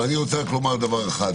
אבל אני רוצה רק לומר דבר אחד.